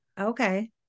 Okay